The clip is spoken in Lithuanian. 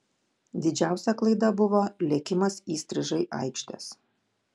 didžiausia klaida buvo lėkimas įstrižai aikštės